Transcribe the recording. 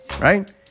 right